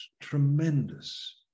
tremendous